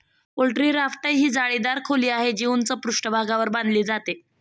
poultry raft ही जाळीदार खोली आहे, जी उंच पृष्ठभागावर बांधली जाते